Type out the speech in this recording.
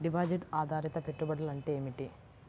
Deposit ఆధారిత పెట్టుబడులు అంటే ఏమిటి?